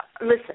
listen